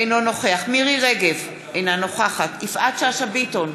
אינו נוכח מירי רגב, אינה נוכחת יפעת שאשא ביטון,